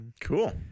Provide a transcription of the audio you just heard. Cool